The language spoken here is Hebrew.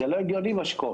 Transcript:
זה לא הגיוני מה שקורה.